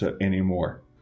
anymore